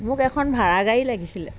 মোক এখন ভাড়া গাড়ী লাগিছিলে